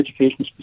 education